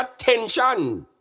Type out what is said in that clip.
attention